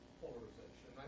polarization